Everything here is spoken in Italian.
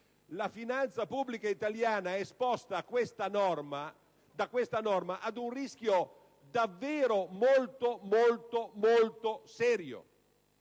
La finanza pubblica italiana è esposta da questa norma ad un rischio veramente molto serio.